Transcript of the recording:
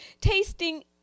tasting